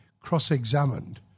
cross-examined